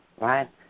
right